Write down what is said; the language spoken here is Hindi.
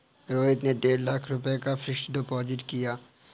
रोहित ने डेढ़ लाख रुपए का फ़िक्स्ड डिपॉज़िट किया